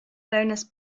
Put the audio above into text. bonus